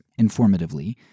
informatively